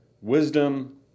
wisdom